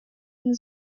and